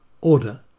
Order